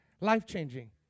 Life-changing